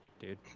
dude